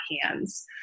hands